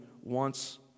wants